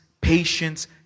patience